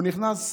הוא נכנס,